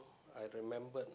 I remembered